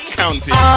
counting